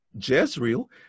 Jezreel